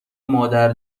مادر